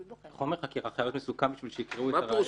חומר חקירה חייב להיות מסוכם בשביל שיקראו את הראיות?